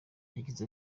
yagize